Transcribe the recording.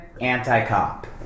anti-cop